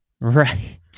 right